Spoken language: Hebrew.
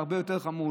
והרבה יותר חמור,